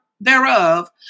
thereof